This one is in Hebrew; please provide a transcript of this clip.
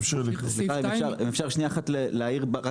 סליחה אם אפשר שנייה אחת להעיר?